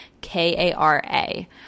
K-A-R-A